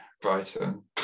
Brighton